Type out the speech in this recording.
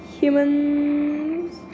Humans